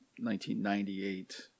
1998